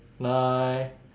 nine